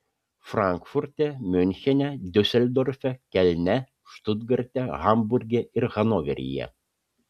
frankfurte miunchene diuseldorfe kelne štutgarte hamburge ir hanoveryje